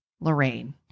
Lorraine